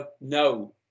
no